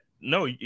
No